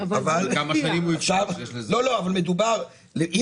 אבל --- תלוי כמה שנים הוא הפריש,